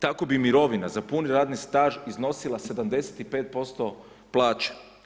Tako bi mirovina za puni radni staž iznosila 75% plaće.